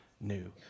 new